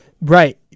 right